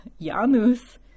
Janus